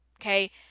Okay